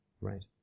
Right